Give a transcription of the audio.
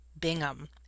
Bingham